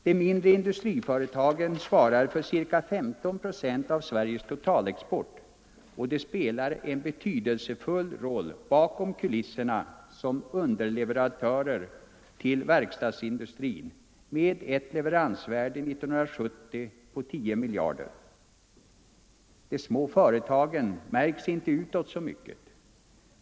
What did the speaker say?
De mindre industriföretagen svarar för ca 15 procent av Sveriges totalexport, och de spelar en betydelsefull roll ”bakom kulisserna” som underleverantörer till verkstadsindustrin med ett leveransvärde år 1970 på 10 miljarder kronor. De små företagen märks inte utåt så mycket.